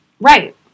Right